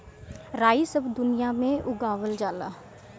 राई सब दुनिया में उगावल जाला